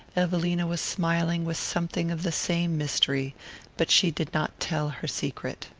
evelina was smiling with something of the same mystery but she did not tell her secret.